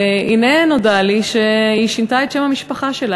והנה נודע לי שהיא שינתה את שם המשפחה שלה.